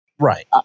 Right